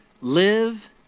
live